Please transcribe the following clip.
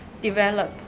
develop